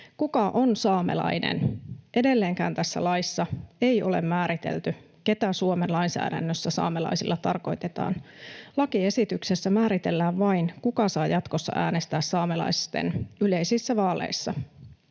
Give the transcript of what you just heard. Kuka on saamelainen? Edelleenkään tässä laissa ei ole määritelty, ketä Suomen lainsäädännössä saamelaisilla tarkoitetaan. Lakiesityksessä määritellään vain, kuka saa jatkossa äänestää saamelaisten yleisissä vaaleissa.